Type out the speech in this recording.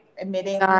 admitting